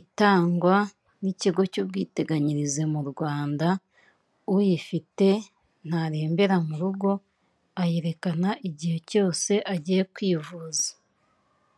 itangwa n'ikigo cy'ubwiteganyirize mu Rwanda uyifite ntarembera mu rugo ayerekana igihe cyose agiye kwivuza.